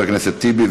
חבר הכנסת טיבי,